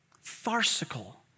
farcical